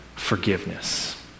forgiveness